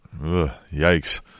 yikes